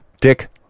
Dick